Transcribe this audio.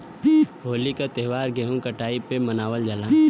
होली क त्यौहार गेंहू कटाई पे मनावल जाला